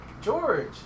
george